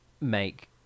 make